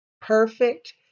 perfect